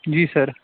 جی سَر